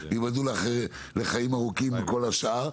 ואחר כך ייבדלו לחיים ארוכים כל השאר,